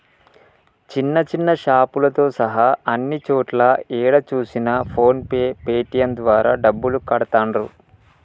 చిన్న చిన్న షాపులతో సహా అన్ని చోట్లా ఏడ చూసినా ఫోన్ పే పేటీఎం ద్వారా డబ్బులు కడతాండ్రు